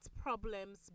problems